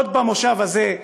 עוד במושב הזה,